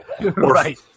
right